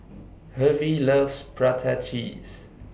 Hervey loves Prata Cheese